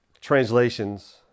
translations